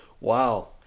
wow